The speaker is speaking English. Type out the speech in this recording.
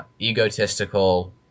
egotistical